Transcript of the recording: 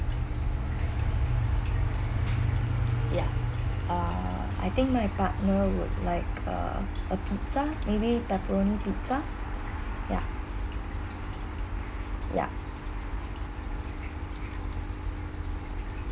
ya err I think my partner would like a a pizza maybe pepperoni pizza ya ya